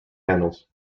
panels